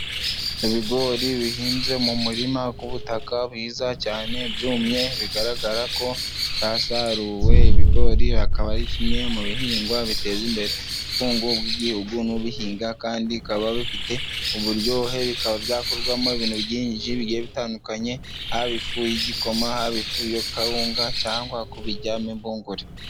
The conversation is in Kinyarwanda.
Ibigori bihinze mu murima w'ubutaka bwiza cyane byumye bigaragara ko byasaruwe. Ibigori akaba ari kimwe mu bihingwa biteza imbere ubukungu bw'igihugu n'ubuhinga kandi bikaba bifite uburyohe bikaba byakorwamo ibintu byinshi bigiye bitandukanye haba ifu y'igikoma, haba ifu ya kawunga cyangwa kubiryamo impungure.